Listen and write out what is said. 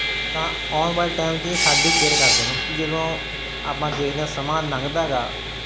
ਤਾਂ ਆਉਣ ਵਾਲੇ ਟਾਈਮ 'ਚ ਇਹ ਸਾਡੀ ਕੇਅਰ ਕਰਦੇ ਕਿਉਂਕਿ ਜਦੋਂ ਆਪਾਂ ਦੇਖਦੇ ਹਾਂ ਸਮਾਂ ਲੰਘਦਾ ਗਾ